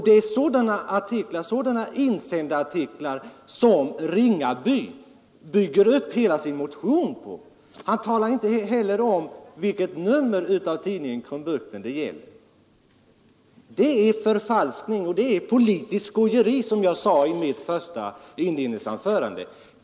Det är sådana insändarartiklar som herr Ringaby bygger upp hela sin motion på. Han talar inte heller om vilket nummer av tidningen Krumbukten det gäller. Det är förfalskning och det är politiskt skojeri som jag sade i mitt inledningsanförande.